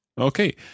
Okay